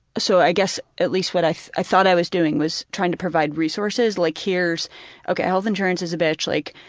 so i guess at least what i i thought i was doing was trying to provide resources, like here's ok, health insurance is a bitch, like,